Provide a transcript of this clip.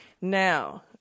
Now